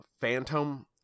Phantom